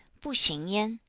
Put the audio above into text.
bu xing yan,